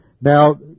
Now